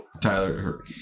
Tyler